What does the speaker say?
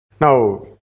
Now